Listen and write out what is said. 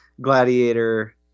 Gladiator